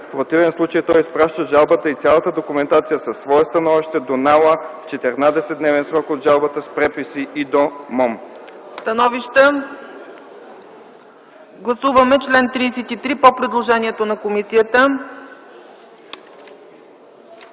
В противен случай то изпраща жалбата и цялата документация със свое становище до НАОА в 14-дневен срок от жалбата с препис и до МОМН.” ПРЕДСЕДАТЕЛ ЦЕЦКА ЦАЧЕВА: Становища? Гласуваме чл. 33 по предложението на комисията.